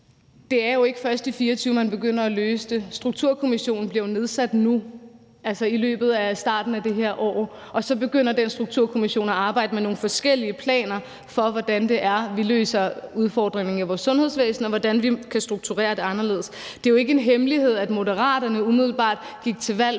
Det er jo ikke først i 2024, man begynder at løse det. Strukturkommissionen bliver jo nedsat nu, altså i løbet af starten af det her år, og så begynder den strukturkommission at arbejde med nogle forskellige planer for, hvordan det er, vi løser udfordringerne i vores sundhedsvæsen, og hvordan vi kan strukturere det anderledes. Det er jo ikke en hemmelighed, at Moderaterne umiddelbart gik til valg